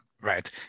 Right